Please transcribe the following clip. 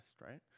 right